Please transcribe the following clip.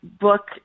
book